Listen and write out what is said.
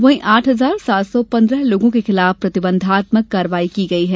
वहीं आठ हजार सात सौ पन्द्रह लोगों के खिलाफ प्रतिबंधात्मक कार्यवाही की गई है